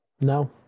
No